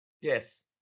Yes